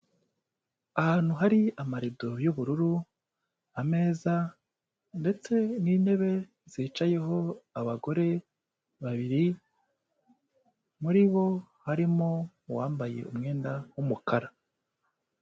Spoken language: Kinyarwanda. Ahantu hari amarido y'ubururu, ameza, ndetse n'intebe zicayeho abagore babiri muri bo harimo uwambaye umwenda w'umukara.